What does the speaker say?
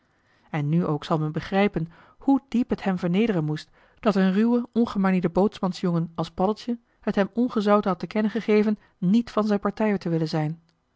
en nu ook zal men begrijpen hoe diep het hem vernederen moest dat een ruwe ongemanierde bootsmansjongen als paddeltje het hem ongezouten had te kennen gegeven niet van zijn partij te willen zijn